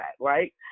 Right